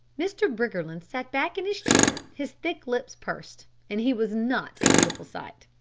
mr. briggerland sat back in his chair, his thick lips pursed, and he was not a beautiful sight.